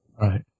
right